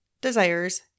desires